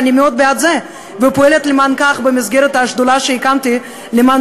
ואני מאוד בעד זה ופועלת למען זה במסגרת השדולה שהקמתי למען